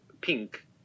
pink